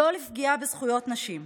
לא לפגיעה בזכויות נשים.